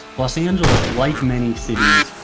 los angeles, like many cities,